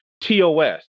TOS